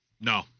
No